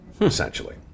essentially